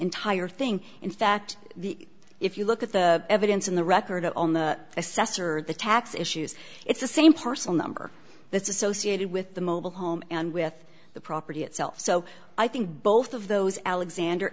entire thing in fact the if you look at the evidence in the record on the assessor the tax issues it's the same parcel number that's associated with the mobile home and with the property itself so i think both of those alexander